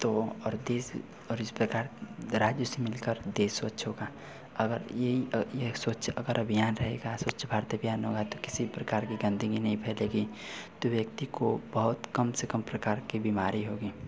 तो अड़तीस और इस प्रकार राज्य से मिलकर देश स्वच्छ होगा अगर यही यह स्वच्छ अगर अभियान रहेगा स्वच्छ भारत अभियान होगा तो किसी प्रकार की गंदगी नहीं फैलेगी तो व्यक्ति को बहुत कम से कम प्रकार की बिमारी होगी